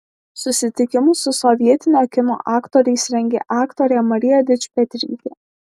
susitikimus su sovietinio kino aktoriais rengė aktorė marija dičpetrytė